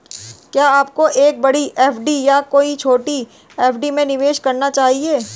क्या आपको एक बड़ी एफ.डी या कई छोटी एफ.डी में निवेश करना चाहिए?